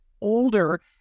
older